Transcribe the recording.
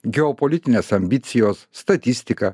geopolitinės ambicijos statistika